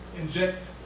inject